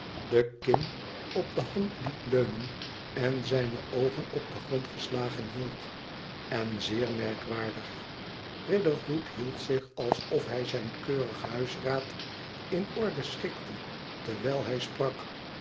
de kin op de hand liet leunen en zijne oogen op den grond geslagen hield en zeer merkwaardig riderhood hield zich alsof hij zijn keurig huisraad in orde schikte terwijl hij sprak